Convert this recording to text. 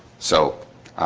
so